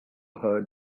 her